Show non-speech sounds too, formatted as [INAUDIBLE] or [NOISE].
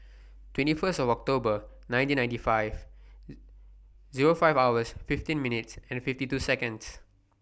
twenty First of October nineteen ninety five [HESITATION] Zero five hours fifteen minutes and fifty two seonds